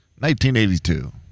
1982